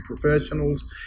professionals